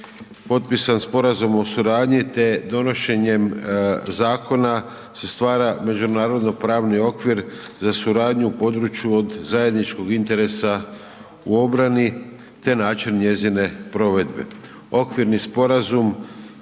potpisan sporazum o suradnji te donošenjem zakona se stvara međunarodno pravni okvir za suradnju u području od zajedničkog interesa u obrani te način njezine provedbe.